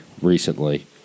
recently